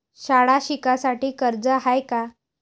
शाळा शिकासाठी कर्ज हाय का?